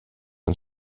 und